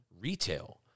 retail